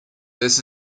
this